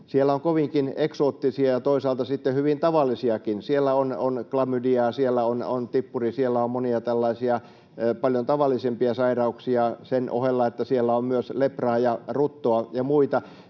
siellä on kovinkin eksoottisia ja toisaalta sitten hyvin tavallisiakin. Siellä on klamydia, siellä on tippuri, siellä on monia tällaisia paljon tavallisempia sairauksia sen ohella, että siellä on myös lepraa ja ruttoa ja muita.